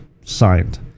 signed